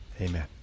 Amen